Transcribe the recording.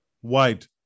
White